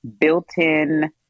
built-in